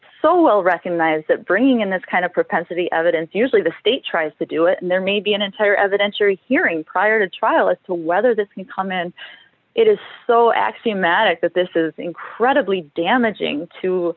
so well recognize that bringing in this kind of propensity evidence usually the state tries to do it and there may be an entire evidentiary hearing prior to trial as to whether this can come in it is so axiomatic that this is incredibly damaging to